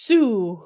Sue